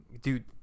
Dude